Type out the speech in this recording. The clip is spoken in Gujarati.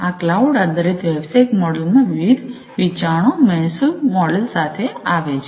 આ ક્લાઉડ આધારિત વ્યવસાયિક મોડેલમાં વિવિધ વિચારણાઓ મહેસુલ મોડલ સાથે આવે છે